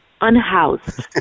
unhoused